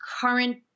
current